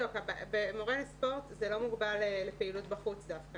במורי הספורט זה לא מוגבל לפעילות בחוץ דווקא.